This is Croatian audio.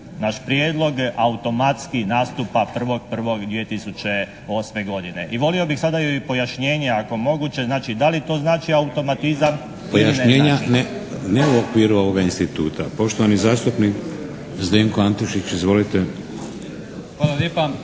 naš prijedlog, automatski nastupa 1.1.2008. godine." I volio bih sada pojašnjenje ako je moguće. Znači da li to znači automatizam … **Šeks, Vladimir (HDZ)** Pojašnjenja ne u okviru ovoga instituta. Poštovani zastupnik Zdenko Antešić. Izvolite. **Antešić,